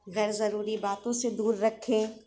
غیر ضروری باتوں سے دور رکھیں